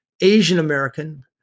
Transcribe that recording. Asian-American